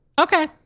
okay